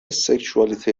سکشوالیته